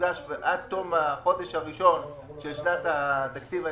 תוגש עד תום החודש הראשון של שנת התקציב ההמשכי,